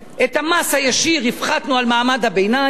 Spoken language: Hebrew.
את המס הישיר על מעמד הביניים,